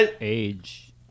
age